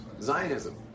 Zionism